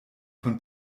von